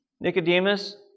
Nicodemus